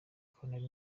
colonel